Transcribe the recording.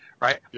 right